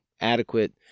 adequate